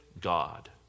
God